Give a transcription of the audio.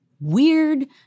weird